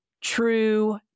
true